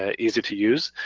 ah easy to use.